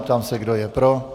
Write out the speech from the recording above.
Ptám se, kdo je pro.